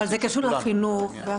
אבל זה קשור לחינוך והסברה.